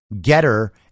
Getter